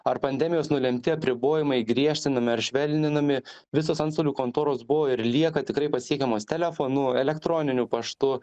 ar pandemijos nulemti apribojimai griežtinami ar švelninami visos antstolių kontoros buvo ir lieka tikrai pasiekiamos telefonu elektroniniu paštu